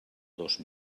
dos